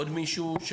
עוד מישהו?